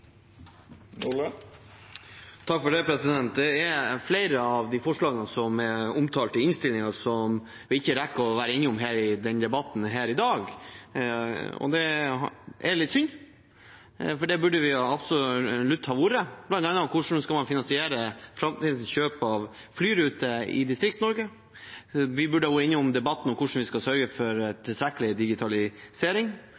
Det er flere av forslagene som er omtalt i innstillingen, som vi ikke rekker å være innom i debatten her i dag, og det er litt synd, for det burde vi absolutt ha vært. Det gjelder bl.a. hvordan man skal finansiere framtidig kjøp av flyruter i Distrikts-Norge. Vi burde også ha vært innom debatten om hvordan vi skal sørge for